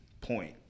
point